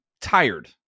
tired